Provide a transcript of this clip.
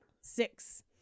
six